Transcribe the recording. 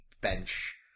bench